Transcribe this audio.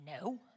no